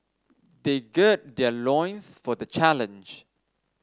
they gird their loins for the challenge